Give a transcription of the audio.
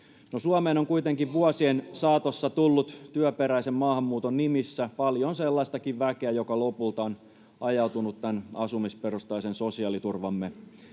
Suomeen on kuitenkin vuosien saatossa tullut työperäisen maahanmuuton nimissä paljon sellaistakin väkeä, joka lopulta on ajautunut tämän asumisperustaisen sosiaaliturvamme